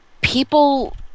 people